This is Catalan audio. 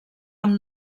amb